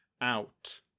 out